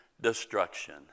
destruction